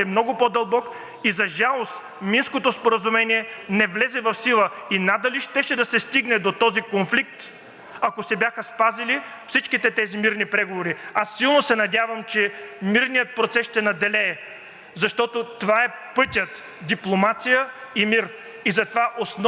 ако се бяха спазили всичките тези мирни преговори. Аз силно се надявам, че мирният процес ще надделее, защото това е пътят – дипломация и мир. Затова основната ценност на БСП е именно мирът. Благодаря Ви. ПРЕДСЕДАТЕЛ ЙОРДАН ЦОНЕВ: Благодаря Ви, господин Гуцанов.